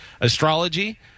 astrology